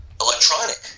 electronic